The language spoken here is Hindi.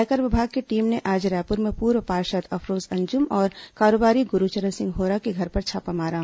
आयकर विभाग की टीम ने आज रायपुर में पूर्व पार्षद अफरोज अंजूम और कारोबारी गुरूचरण सिंह होरा के घर पर छापा मारा